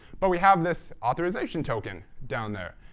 but we have this authorization token down there.